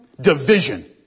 Division